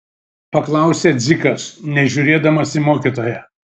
paklausė dzikas nežiūrėdamas į mokytoją